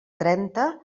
trenta